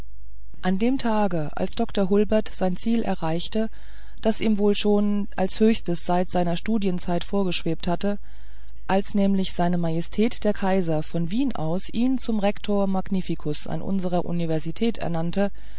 an dem tage als dr hulbert das ziel erreichte das ihm wohl schon als höchstes seit seiner studentenzeit vorgeschwebt hatte als nämlich seine majestät der kaiser von wien aus ihn zum rector magnificus an unserer universität ernannte